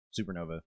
supernova